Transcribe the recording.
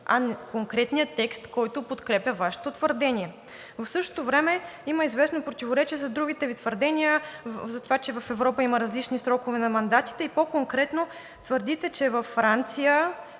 а конкретния текст, който подкрепя Вашето твърдение. В същото време има известно противоречие с другите Ви твърдения за това, че в Европа има различни срокове на мандатите, и по-конкретно твърдите, че във Франция